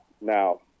Now